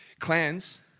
Clans